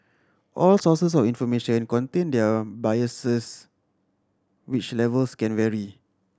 all sources of information contain their biases which levels can vary